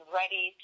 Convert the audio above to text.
ready